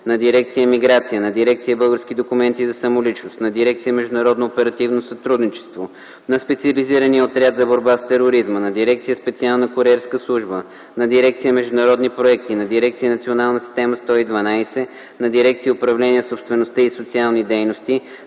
на дирекция “Миграция”, на дирекция “Български документи за самоличност”, на дирекция “Международно оперативно сътрудничество”, на Специализирания отряд за борба с тероризма, на дирекция “Специална куриерска служба”, на дирекция “Международни проекти”, на дирекция “Национална система 112”, на дирекция “Управление на собствеността и социални дейности”,